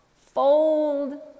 Fold